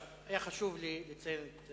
היה חשוב לי לציין את